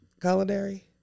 culinary